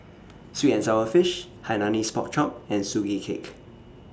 Sweet and Sour Fish Hainanese Pork Chop and Sugee Cake